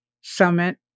summit